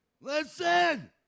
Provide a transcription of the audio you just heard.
listen